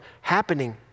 happening